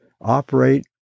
operate